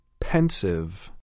Pensive